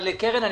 קרן,